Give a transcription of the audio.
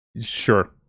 Sure